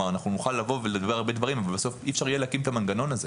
נוכל לדבר על הרבה דברים אבל בסוף אי אפשר יהיה להקים את המנגנון הזה.